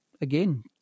again